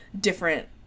different